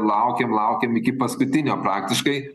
laukėm laukėm iki paskutinio praktiškai